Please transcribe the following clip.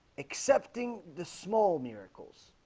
accepting the small miracles